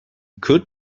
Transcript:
could